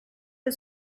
del